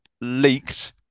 leaked